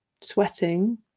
sweating